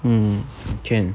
mm can